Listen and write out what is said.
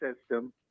system